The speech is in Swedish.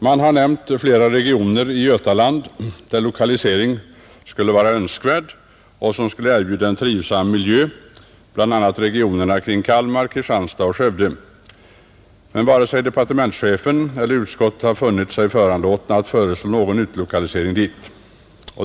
Man har nämnt flera regioner i Götaland där lokalisering skulle vara önskvärd och som skulle erbjuda en trivsam miljö, bl.a. regionerna kring Kalmar, Kristianstad och Skövde, men varken departementschefen eller utskottet har funnit sig föranlåtna att föreslå någon utlokalisering dit.